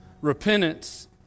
Repentance